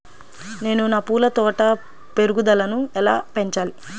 నేను నా పూల తోట పెరుగుదలను ఎలా పెంచాలి?